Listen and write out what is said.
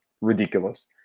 ridiculous